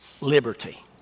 liberty